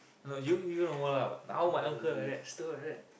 no you you no more lah but now my uncle like that still like that